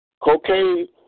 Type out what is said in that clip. cocaine